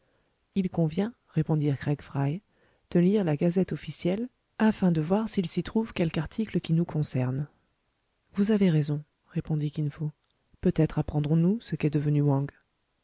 il convient répondirent craig fry de lire la gazette officielle afin de voir s'il s'y trouve quelque article qui nous concerne vous avez raison répondit kin fo peut-être apprendrons nous ce qu'est devenu wang